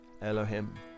Elohim